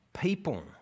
people